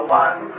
one